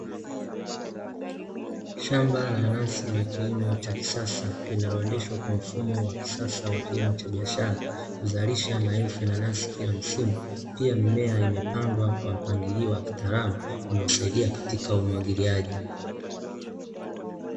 Shamba la nanasi la kilimo cha kisasa, linaloendeshwa kwa mfumo wa kisasa wa kilimo cha biashara, kuzalisha maelfu ya nanasi kila msimu, pia mimea imepandwa kwa mpangilio wa kitaalamu , unaosaidia katika umwagiliaji.